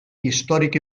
històric